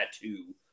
tattoo